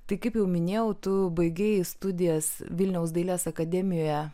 tai kaip jau minėjau tu baigei studijas vilniaus dailės akademijoje